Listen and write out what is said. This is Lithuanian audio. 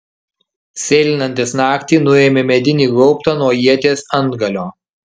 sėlinantis naktį nuėmė medinį gaubtą nuo ieties antgalio